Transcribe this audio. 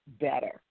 better